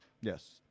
Yes